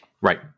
Right